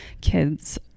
kids